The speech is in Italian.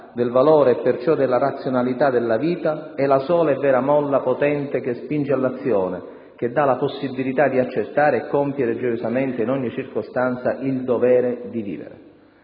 del valore e perciò della razionalità della vita è la sola e vera molla potente che spinge all'azione, che dà la possibilità di accertare e compiere gioiosamente, in ogni circostanza il dovere di vivere».